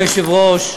אדוני היושב-ראש,